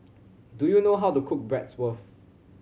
do you know how to cook Bratwurst